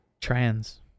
Trans